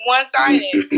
One-sided